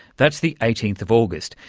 that's the eighteenth of august.